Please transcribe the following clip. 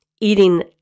eating